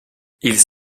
ils